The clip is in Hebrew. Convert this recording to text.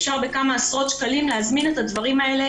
אפשר בכמה עשרות שקלים להזמין את הדברים האלה